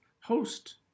host